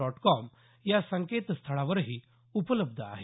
dot com या संकेतस्थळावरही उपलब्ध आहे